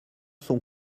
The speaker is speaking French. son